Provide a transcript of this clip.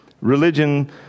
religion